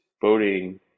voting